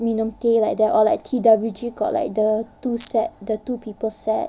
minum teh like that or like TWG got like the two set the two people set